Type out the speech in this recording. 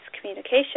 communication